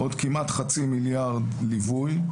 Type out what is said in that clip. עוד כמעט חצי מיליארד ליווי.